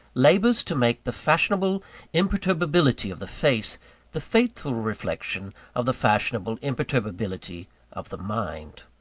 labours to make the fashionable imperturbability of the face the faithful reflection of the fashionable imperturbability of the mind.